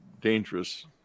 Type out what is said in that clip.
dangerous